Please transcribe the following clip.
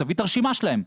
תביא את הרשימה שלהם.